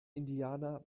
indianer